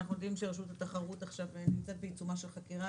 שאנחנו יודעים שהרשות לתחרות נמצאת בעיצומה של חקירה,